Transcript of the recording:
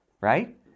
right